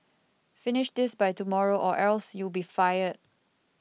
finish this by tomorrow or else you'll be fired